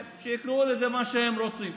שיקראו לזה מה שהם רוצים.